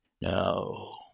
No